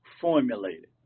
formulated